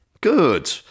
Good